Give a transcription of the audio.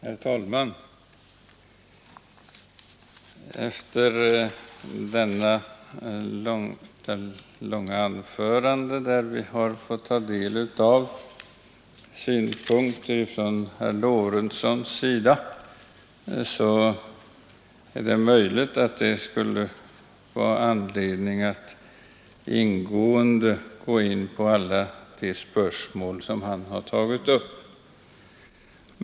Herr talman! Efter detta långa anförande med synpunkter från herr Lorentzon är det möjligt att det skulle vara anledning att ingående diskutera alla de spörsmål som han har tagit upp.